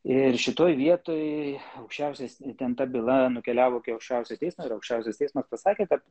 ir šitoj vietoj aukščiausias ten ta byla nukeliavo iki aukščiausio teismo ir aukščiausias teismas pasakė kad